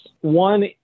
One